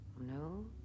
No